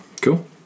cool